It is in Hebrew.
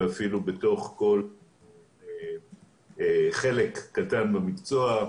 ואפילו בתוך כל חלק קטן במקצוע,